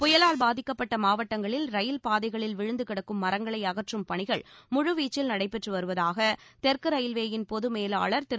புயலால் பாதிக்கப்பட்ட மாவட்டங்களில் ரயில் பாதைகளில் விழுந்து கிடக்கும் மரங்களை அகற்றும் பணிகள் முழுவீச்சில் நடைபெற்று வருவதாக தெற்கு ரயில்வேயின் பொது மேலாளர் திரு